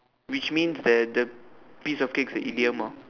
which means that the piece of cake's a idiom ah